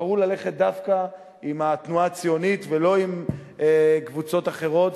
בחרו ללכת דווקא עם התנועה הציונית ולא עם קבוצות אחרות,